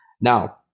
now